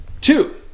Two